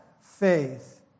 faith